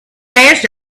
danced